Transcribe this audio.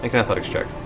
like an athletics check.